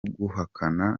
guhakana